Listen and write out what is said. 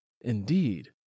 indeed